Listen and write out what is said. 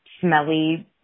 smelly